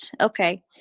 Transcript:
Okay